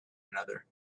another